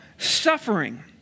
Suffering